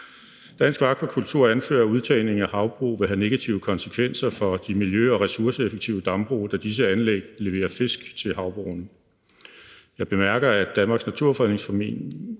af kvælstofpuljen til havbrug vil have negative konsekvenser for de miljø- og ressourceeffektive dambrug, da disse anlæg leverer fisk til havbrugene. Jeg bemærker, at Danmarks Naturfredningsforening